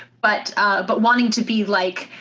but but wanting to be, like,